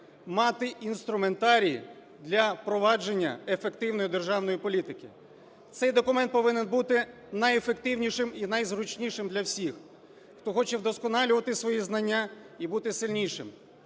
мати інструментарії для впровадження ефективної державної політики. Цей документ повинен бути найефективнішими і найзручнішим для всіх, хто хоче вдосконалювати свої знання і бути сильнішим,